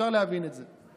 אפשר להבין את זה.